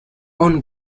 own